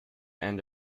end